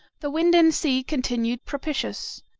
the wind and sea continued propitious.